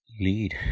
lead